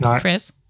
Chris